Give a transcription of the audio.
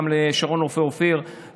לשרון רופא אופיר,